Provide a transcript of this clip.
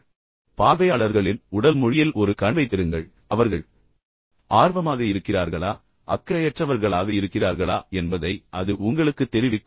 எனவே பார்வையாளர்களின் உடல் மொழியில் ஒரு கண் வைத்திருங்கள் இது அவர்கள் உண்மையில் உங்கள் காட்சிகளில் ஆர்வமாக இருக்கிறார்களா அல்லது அவர்கள் அக்கறையற்றவர்களாக இருக்கிறார்களா என்பதை உங்களுக்குத் தெரிவிக்கும்